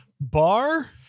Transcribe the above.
bar